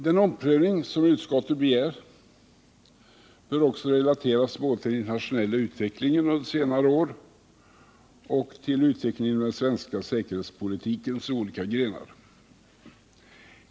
Den omprövning som utskottet begär bör också relateras både till den internationella utvecklingen under senare år och till utvecklingen inom den svenska säkerhetspolitikens olika grenar.